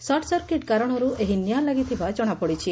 short circuit କାରଣରୁ ଏହି ନିଆଁ ଲାଗିଥିବା ଜଣାପଡ଼ିଛି